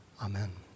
Amen